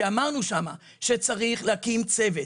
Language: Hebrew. כי אמרנו שצריך להקים צוות.